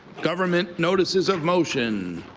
government notices of motion.